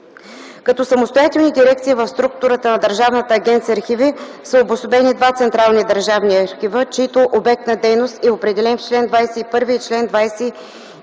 Като самостоятелни дирекции в структурата на Държавната агенция „Архиви” са обособени два централни държавни архива, чиито обект на дейност е определен в чл. 21 и 22